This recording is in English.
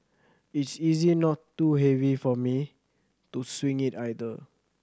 it's easy not too heavy for me to swing it either